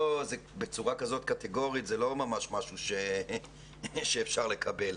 בצורה כזאת קטיגורית, זה לא ממש משהו שאפשר לקבל.